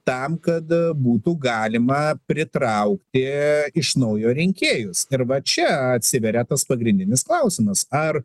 tam kad būtų galima pritraukti iš naujo rinkėjus ir va čia atsiveria tas pagrindinis klausimas ar